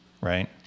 right